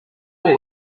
know